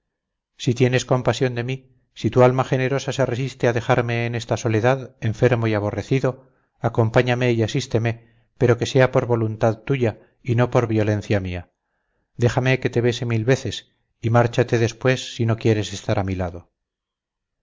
si tienes compasión de mí si tu alma generosa se resiste a dejarme en esta soledad enfermo y aborrecido acompáñame y asísteme pero que sea por voluntad tuya y no por violencia mía déjame que te bese mil veces y márchate después si no quieres estar a mi lado